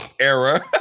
era